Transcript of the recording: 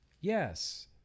yes